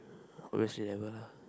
obviously level lah